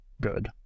good